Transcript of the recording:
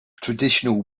traditional